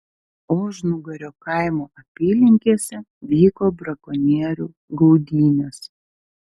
ožnugario kaimo apylinkėse vyko brakonierių gaudynės